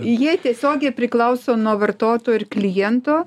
jie tiesiogiai priklauso nuo vartotojo ir kliento